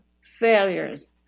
failures